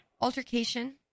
altercation